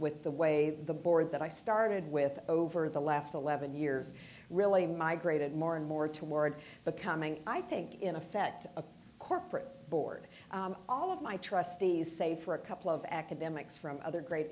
with the way the board that i started with over the last eleven years really migrated more and more toward becoming i think in effect a corporate board all of my trustees say for a couple of academics from other great